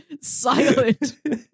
silent